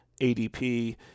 adp